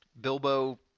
Bilbo